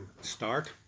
start